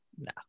No